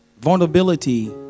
vulnerability